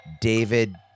David